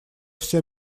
всё